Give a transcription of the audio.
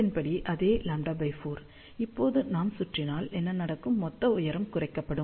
அதே λ 4 இப்போது நாம் சுற்றினால் என்ன நடக்கும் மொத்த உயரம் குறைக்கப்படும்